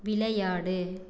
விளையாடு